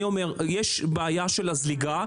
אני אומר שאם יש בעיה של זליגה,